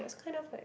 it's kind of like